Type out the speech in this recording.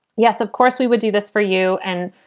yes, of course, we would do this for you. and,